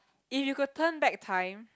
if you could turn back time